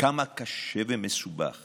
כמה קשה ומסובך